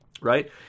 right